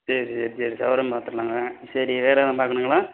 சரி சரி சரி சுவரும் பார்த்தர்லாங்க சரி வேறு எதுவும் பார்க்கணுங்களா